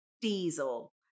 diesel